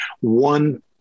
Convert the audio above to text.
one